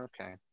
okay